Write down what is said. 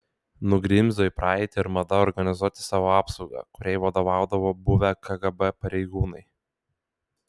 nugrimzdo į praeitį ir mada organizuoti savo apsaugą kuriai vadovaudavo buvę kgb pareigūnai